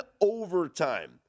overtime